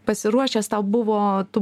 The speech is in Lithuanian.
pasiruošęs tau buvo tu